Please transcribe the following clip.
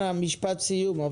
אנא משפט סיום.